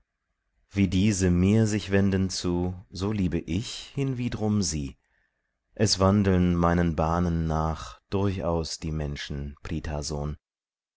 wie diese mir sich wenden zu so liebe ich hinwiedrum sie es wandeln meinen bahnen nach durchaus die menschen